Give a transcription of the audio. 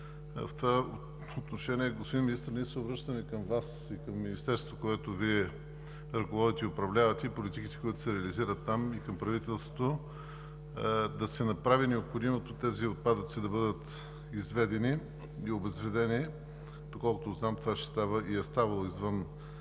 В това отношение, господин Министър, ние се обръщаме към Вас и към Министерството, което Вие ръководите и управлявате, и политиките, които се реализират там, и към правителството да се направи необходимото тези отпадъци да бъдат изведени и обезвредени. Доколкото знам това ще става, и е ставало, извън